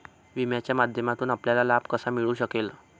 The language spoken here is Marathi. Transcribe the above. विम्याच्या माध्यमातून आपल्याला लाभ कसा मिळू शकेल?